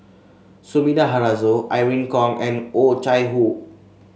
Sumida Haruzo Irene Khong and Oh Chai Hoo